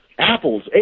Apples